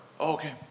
Okay